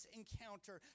encounter